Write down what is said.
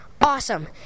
Awesome